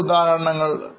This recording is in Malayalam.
ഉദാഹരണങ്ങൾ ഏതൊക്കെയാണ്